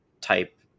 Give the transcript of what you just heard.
type